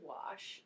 Wash